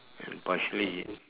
and partially